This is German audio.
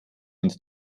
uns